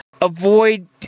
avoid